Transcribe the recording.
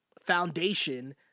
foundation